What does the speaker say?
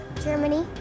Germany